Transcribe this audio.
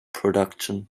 production